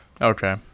Okay